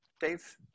Dave